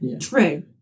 true